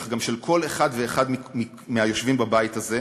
אך גם של כל אחד ואחד מהיושבים בבית הזה,